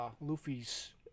Luffy's